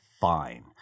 fine